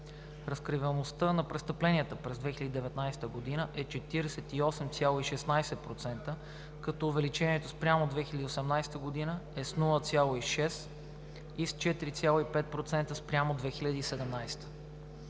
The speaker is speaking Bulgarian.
Разкриваемостта на престъпленията през 2019 г. е 48,16%, като увеличението спрямо 2018 г. е с 0,6% и с 4,5% спрямо 2017